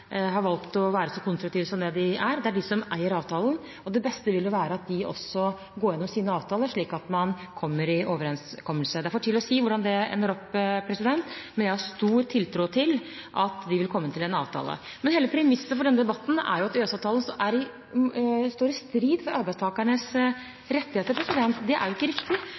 har valgt å være så konstruktive som det de er. Det er de som eier avtalen, og det beste ville være at de også går gjennom sine avtaler, slik at man kommer i overensstemmelse. Det er for tidlig å si hvordan det ender opp, men jeg har stor tiltro til at de vil komme til en avtale. Men hele premisset for denne debatten er at EØS-debatten står i veien for arbeidstakernes rettigheter. Det er jo ikke riktig.